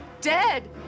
Dead